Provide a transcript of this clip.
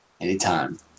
Anytime